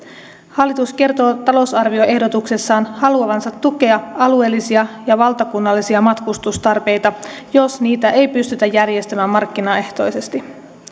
hallitus kertoo talousarvioehdotuksessaan haluavansa tukea alueellisia ja valtakunnallisia matkustustarpeita jos niitä ei pystytä järjestämään markkinaehtoisesti